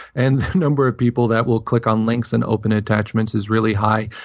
and the number of people that will click on links and open attachments is really high.